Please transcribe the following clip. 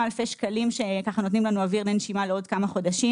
אלפי שקלים שנותנים לנו אוויר לנשימה לעוד כמה חודשים,